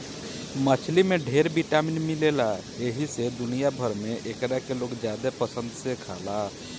मछली में ढेर विटामिन मिलेला एही से दुनिया भर में एकरा के लोग ज्यादे पसंद से खाला